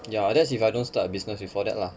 ya that's if I don't start a business before that lah